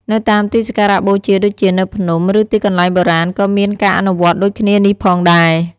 នៅតាមទីសក្ការៈបូជាដូចជានៅភ្នំ ឬទីកន្លែងបុរាណក៏មានការអនុវត្តដូចគ្នានេះផងដែរ។